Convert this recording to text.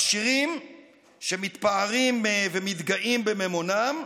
עשירים שמתפארים ומתגאים במימונם,